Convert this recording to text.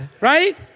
right